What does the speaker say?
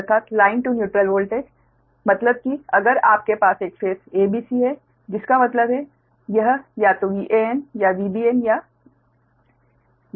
अर्थात line to neutral voltage मतलब कि अगर आपके पास एक फेस a b c है जिसका मतलब है यह या तो Van या Vbn या Ccn है